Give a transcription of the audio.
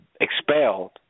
expelled